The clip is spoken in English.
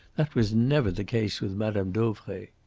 that was never the case with madame dauvray.